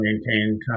maintain